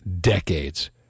decades